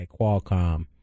Qualcomm